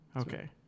Okay